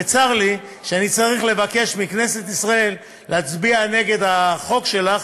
וצר לי שאני צריך לבקש מכנסת ישראל להצביע נגד החוק שלך,